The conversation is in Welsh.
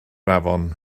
afon